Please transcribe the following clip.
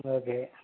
okay